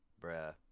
Bruh